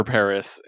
Paris